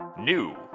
New